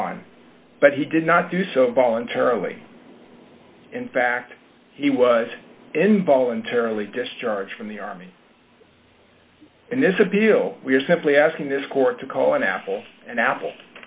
upon but he did not do so voluntarily in fact he was involuntarily discharged from the army and this appeal we are simply asking this court to call an apple and apple